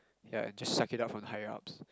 ya and just suck it up for the higher ups